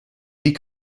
die